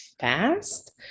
fast